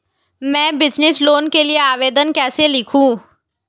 मैं business loan के लिए आवेदन कैसे लिखूँ?